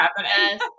Yes